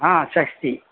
हा षष्टि